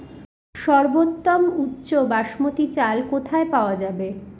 সর্বোওম উচ্চ বাসমতী চাল কোথায় পওয়া যাবে?